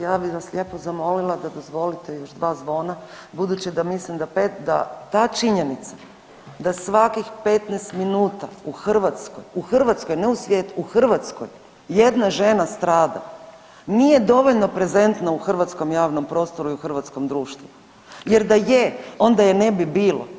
ja bih vas lijepo zamolila da dozvolite još dva zvona budući da mislim da pet da ta činjenica da svakih 15 minuta u Hrvatskoj, u Hrvatskoj ne u svijetu, u Hrvatskoj jedna žena strada nije dovoljno prezentno u hrvatskom javnom prostoru i u hrvatskom društvu jer da je onda je ne bi bilo.